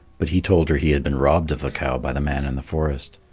but he told her he had been robbed of the cow by the man in the forest.